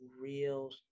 real